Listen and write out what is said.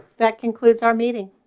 that concludes our meeting